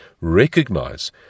Recognize